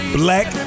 black